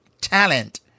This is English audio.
talent